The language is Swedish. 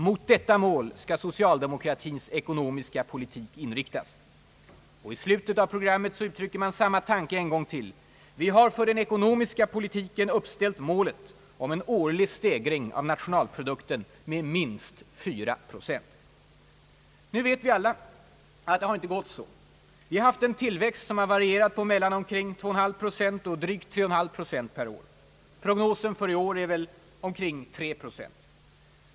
Mot detta mål skall socialdemokratins ekonomiska politik inriktas.» I slutet av programmet uttrycker man samma tanke en gång till: »Vi har för den ekonomiska politiken uppställt målet om en årlig stegring av nationalprodukten med minst 4 procent.» Nu vet vi alla, att det inte gått så. Vi har haft en tillväxt som varierat mellan omkring 2,5 procent och drygt 3,5 procent per år. Prognosen för i år är väl omkring 3 procent.